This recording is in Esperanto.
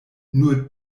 nur